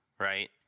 Right